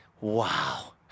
wow